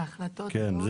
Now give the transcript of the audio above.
כן,